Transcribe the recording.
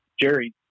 Jerry